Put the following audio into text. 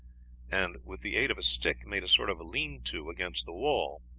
and with the aid of a stick made a sort of lean-to against the wall,